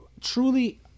truly